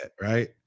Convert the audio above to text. right